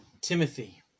Timothy